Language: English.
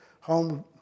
home